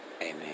amen